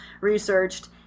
researched